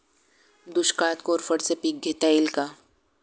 दुष्काळात कोरफडचे पीक घेता येईल का?